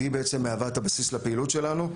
והיא בעצם מהווה את הבסיס לפעילות שלנו.